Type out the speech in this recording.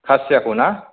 खासियाखौ ना